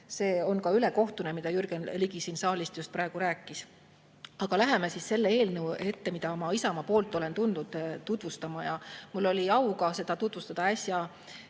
See on ülekohtune, mida Jürgen Ligi siin saalis just praegu rääkis. Aga läheme selle eelnõu juurde, mida ma Isamaa nimel olen tulnud tutvustama. Mul oli au seda tutvustada